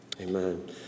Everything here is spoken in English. Amen